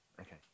Okay